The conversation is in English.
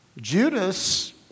Judas